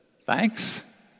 Thanks